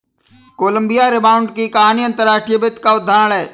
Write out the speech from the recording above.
Colombia rebound की कहानी अंतर्राष्ट्रीय वित्त का उदाहरण है